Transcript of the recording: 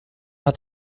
hat